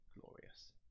glorious